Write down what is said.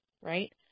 right